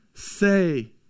Say